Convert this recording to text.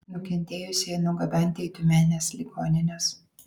nukentėjusieji nugabenti į tiumenės ligonines